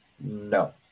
no